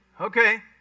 okay